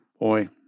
Boy